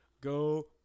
Go